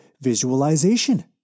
visualization